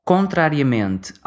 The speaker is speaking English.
Contrariamente